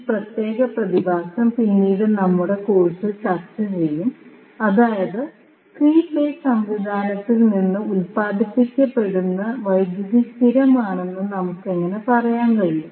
ഈ പ്രത്യേക പ്രതിഭാസം പിന്നീട് നമ്മുടെ കോഴ്സിൽ ചർച്ച ചെയ്യും അതായത് 3 ഫേസ് സംവിധാനത്തിൽ നിന്ന് ഉത്പാദിപ്പിക്കപ്പെടുന്ന വൈദ്യുതി സ്ഥിരമാണെന്ന് നമുക്ക് എങ്ങനെ പറയാൻ കഴിയും